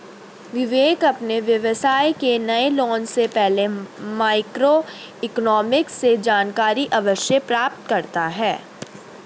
विवेक अपने व्यवसाय के नए लॉन्च से पहले माइक्रो इकोनॉमिक्स से जानकारी अवश्य प्राप्त करता है